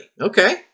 Okay